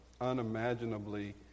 unimaginably